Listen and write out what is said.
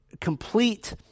complete